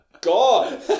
god